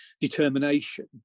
determination